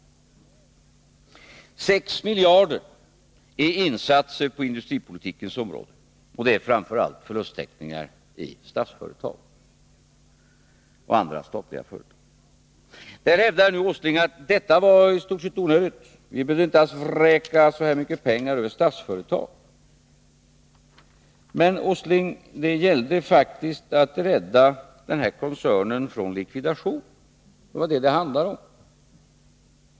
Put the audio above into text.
6 miljarder går till insatser på industripolitikens område — framför allt förlusttäckningar i Statsföretag och andra statliga företag. Nu hävdar Nils Åsling att detta var i stort sett onödigt. Enligt honom behövde vi inte ”vräka” så här mycket pengar över Statsföretag. Det gällde faktiskt, Nils Åsling, att rädda denna koncern från likvidation — det var det som det handlade om.